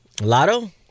Lotto